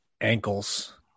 ankles